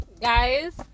guys